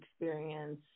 experience